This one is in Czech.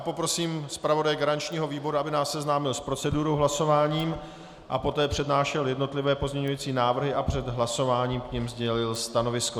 Poprosím zpravodaje garančního výboru, aby nás seznámil s procedurou hlasování a poté přenášel jednotlivé pozměňující návrhy a před hlasováním k nim sdělil stanovisko.